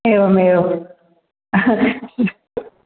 एवमेवम् अस्तु